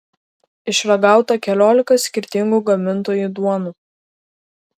išragauta keliolika skirtingų gamintojų duonų